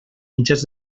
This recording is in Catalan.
mitjans